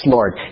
Lord